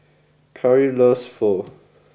Cary loves Pho